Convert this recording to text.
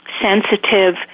sensitive